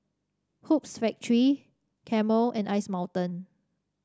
Hoops Factory Camel and Ice Mountain